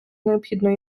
необхідної